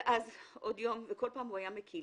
ואז זה חזר עוד יום, וכל פעם הוא היה מקיא